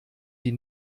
die